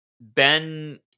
Ben